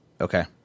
Okay